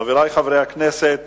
חבר הכנסת